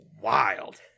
wild